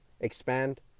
expand